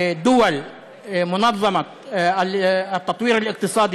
אשר סיימו במדינות הארגון לשיתוף פעולה ופיתוח כלכלי,